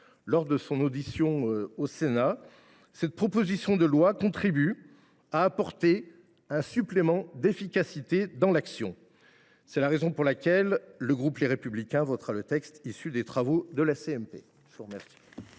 lors de son audition au Sénat, cette proposition de loi contribue à apporter un « supplément d’efficacité dans l’action ». C’est la raison pour laquelle le groupe Les Républicains votera le texte issu des travaux de la commission mixte